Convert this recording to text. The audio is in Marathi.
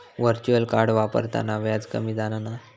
व्हर्चुअल कार्ड वापरताना व्याज कमी जाणा नाय